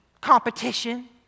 competition